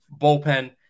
bullpen